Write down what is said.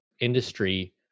industry